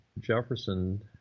Jefferson